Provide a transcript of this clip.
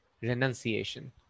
renunciation